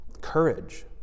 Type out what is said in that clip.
Courage